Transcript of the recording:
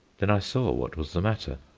then i saw what was the matter.